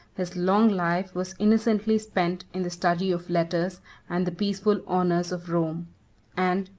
his long life was innocently spent in the study of letters and the peaceful honors of rome and,